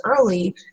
early